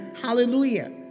Hallelujah